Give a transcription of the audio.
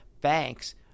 banks